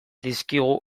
dizkigu